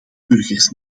burgers